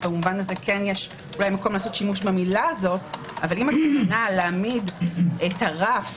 במובן הזה יש מקום לעשות שימוש במילה הזו אבל אם הכוונה להעמיד את הרף